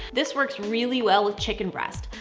this works really well with chicken breast.